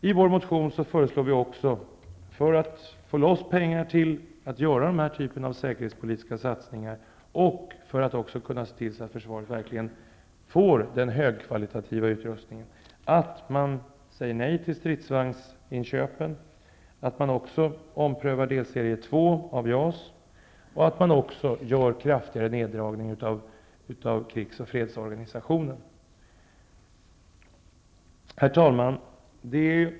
I vår motion föreslår vi också, för att få loss pengar till att göra den typ av säkerhetspolitiska satsningar som vi förordar och för att kunna se till att försvaret verkligen får den högkvalitativa utrustningen, att man säger nej till stridsvagnsinköpen, att man omprövar delserie 2 av JAS och att man också gör kraftigare neddragning av krigs och fredsorganisationen. Herr talman!